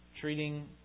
treating